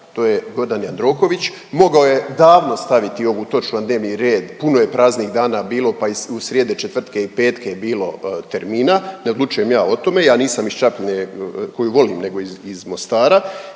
to je Gordan Jandroković, mogao je davno staviti ovu točku na dnevni red. Puno je praznih dana bilo pa i srijede, četvrtke i petke je bilo termina. Ne odlučujem ja o tome. Ja nisam iz Čapljine koju volim, nego iz, iz Mostara